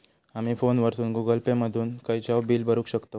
आमी फोनवरसून Google Pay मधून खयचाव बिल भरुक शकतव